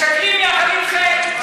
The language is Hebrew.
משקרים יחד איתכם.